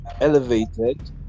elevated